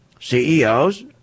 CEOs